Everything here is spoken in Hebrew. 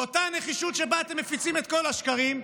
באותה נחישות שבה אתם מפיצים את כל השקרים,